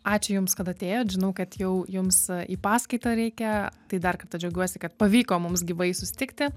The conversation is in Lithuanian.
ačiū jums kad atėjot žinau kad jau jums į paskaitą reikia tai dar kartą džiaugiuosi kad pavyko mums gyvai susitikti